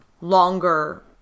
longer